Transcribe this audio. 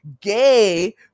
gay